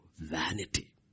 vanity